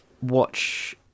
watch